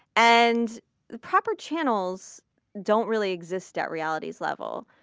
and the proper channels don't really exist at reality's level.